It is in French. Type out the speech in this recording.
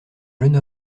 jeune